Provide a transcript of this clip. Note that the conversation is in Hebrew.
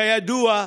כידוע,